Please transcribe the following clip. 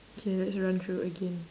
K let's run through again